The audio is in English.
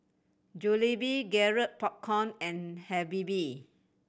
Jollibee Garrett Popcorn and Habibie